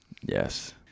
Yes